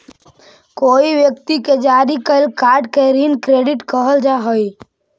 कोई व्यक्ति के जारी कैल कार्ड के ऋण क्रेडिट कहल जा हई